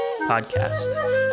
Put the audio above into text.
Podcast